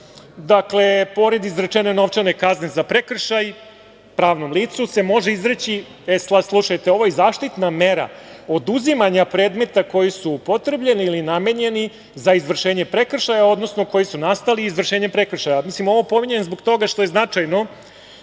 Pored izrečene novčane kazne za prekršaj, pravnom licu se može izreći, sada slušajte ovo - i zaštitna mera oduzimanja predmeta koji su upotrebljeni ili namenjeni za izvršenje prekršaja, odnosno koji su nastali izvršenjem prekršaja. Ovo pominjem zbog toga što je značajno,